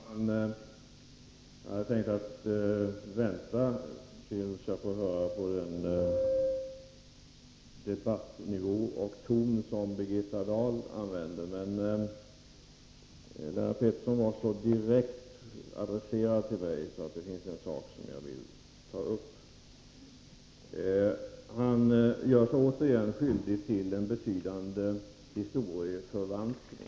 Fru talman! Jag hade tänkt vänta med min replik tills vi fått en annan debattnivå och tills den ton anslagits som Birgitta Dahl brukar använda, men Lennart Pettersson adresserade sig direkt till mig, och jag vill därför ta upp en fråga som han berörde. Lennart Pettersson gjorde sig återigen skyldig till en betydande historieförvanskning.